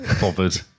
Bothered